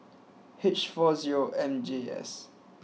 H four zero M J S